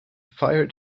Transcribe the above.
fiery